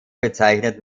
bezeichnet